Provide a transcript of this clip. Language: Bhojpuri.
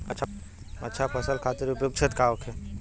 अच्छा फसल खातिर उपयुक्त क्षेत्र का होखे?